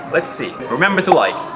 let's see remember to like!